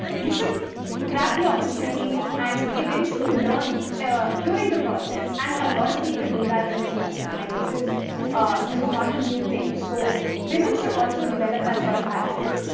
you should grab the opportunity and, eventually, learn during the process. and a lot of people do that in the industry, like this is this is not a new thing. so women should also develop that sort of attitude.